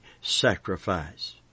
sacrifice